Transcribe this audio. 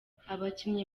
abakinnyi